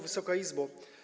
Wysoka Izbo!